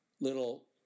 little